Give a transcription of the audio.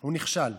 הוא נכשל.